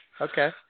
Okay